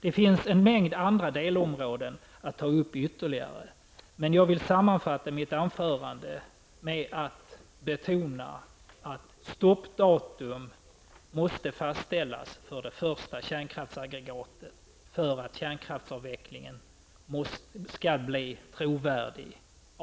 Det finns många angelägna delområden att ta upp ytterligare, men jag vill sammanfatta mitt anförande med att betona att stoppdatum måste fastställas för det första kärnkraftsaggregatet för att kärnkraftsavvecklingen skall bli trovärdig.